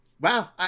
wow